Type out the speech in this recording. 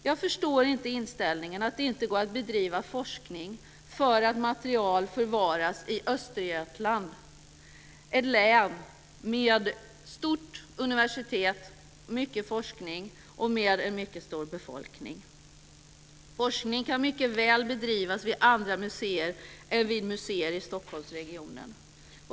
Jag förstår inte inställningen att det inte går att bedriva forskning därför att material förvaras i Östergötland, ett län med stort universitet, mycket forskning och en mycket stor befolkning. Forskning kan mycket väl bedrivas vid andra museer än de i Stockholmsregionen.